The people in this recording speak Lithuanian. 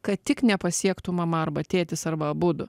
kad tik nepasiektų mama arba tėtis arba abudu